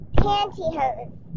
pantyhose